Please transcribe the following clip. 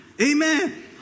Amen